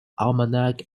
almanac